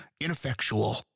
ineffectual